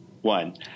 one